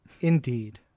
indeed